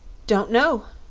don't know,